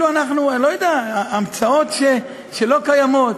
אני לא יודע, המצאות שלא קיימות.